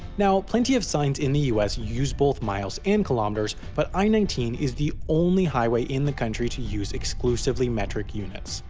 now, plenty of signs in the us use both miles and kilometers, but i nineteen is the only highway in the country to use exclusively metric units.